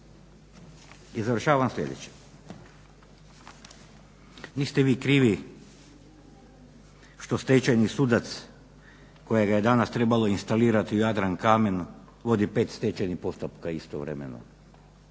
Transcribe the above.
I završavam sljedeće. Niste vi krivi što stečajni sudac kojega je danas trebalo instalirati u Jadrankamenu vodi 5 stečajnih postupaka istovremeno,